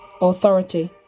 authority